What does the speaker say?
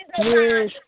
Yes